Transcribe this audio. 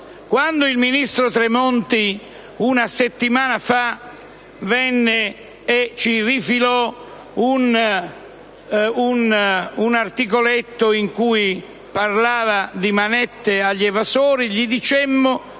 Quando il ministro Tremonti, una settimana fa, venne in Commissione e ci rifilò un articoletto in cui parlava di manette agli evasori, gli dicemmo